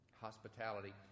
Hospitality